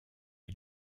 est